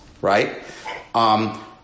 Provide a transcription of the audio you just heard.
right